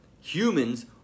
humans